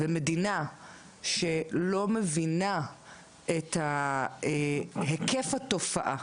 מדינה שלא מבינה את היקף התופעה,